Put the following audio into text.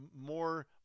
more